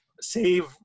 save